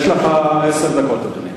יש לך עשר דקות, אדוני.